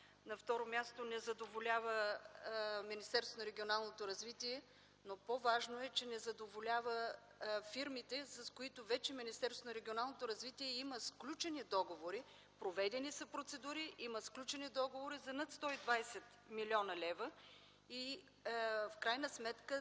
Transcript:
и благоустройството, но по-важно е, че не задоволява фирмите, с които вече МРРБ има сключени договори. Проведени са процедури и има сключени договори за над 120 млн. лв. В крайна сметка